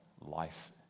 life